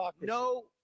No